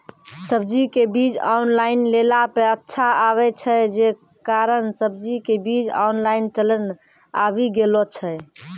सब्जी के बीज ऑनलाइन लेला पे अच्छा आवे छै, जे कारण सब्जी के बीज ऑनलाइन चलन आवी गेलौ छै?